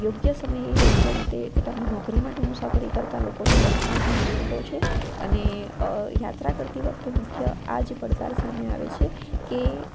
યોગ્ય સમયે યોગ્ય રીતે પોતાની નોકરી માટે મુસાફરી કરતા લોકોનો વર્ગ પણ ઘણો મોટો છે અને યાત્રા કરતી વખતે મુખ્ય આ જ પડકાર સામે આવે છે કે